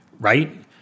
Right